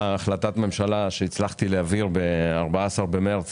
החלטת ממשלה שהצלחתי להעביר ב-14 במרס